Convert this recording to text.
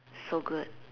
so good